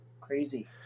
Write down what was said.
crazy